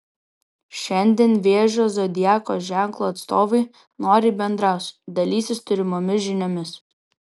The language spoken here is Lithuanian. šiandien vėžio zodiako ženklo atstovai noriai bendraus dalysis turimomis žiniomis